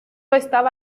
estaba